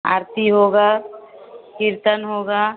आरती होगा कीर्तन होगा